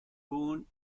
born